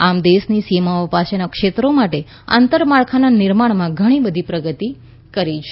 આમ દેશની સીમાઓ પાસેના ક્ષેત્રો માટે આંતરમાળખાના નિર્માણમાં ઘણી બધી પ્રગતિ કરી છે